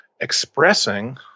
expressing